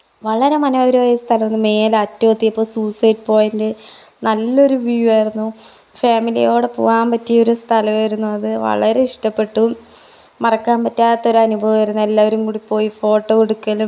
വളരെ മനോഹരമായ സ്ഥലമാണ് മേലെ അറ്റം എത്തിയപ്പോൾ സൂയിസൈഡ് പോയിൻ്റ് നല്ലൊരു വ്യൂ ആയിരുന്നു ഫാമിലിയോടെ പോകാൻ പറ്റിയ ഒരു സ്ഥലമായിരുന്നു അത് വളരെ ഇഷ്ടപ്പെട്ടു മറക്കാൻ പറ്റാത്ത ഒരനുഭവമായിരുന്നു എല്ലാവരും കൂടി പോയി ഫോട്ടോ എടുക്കലും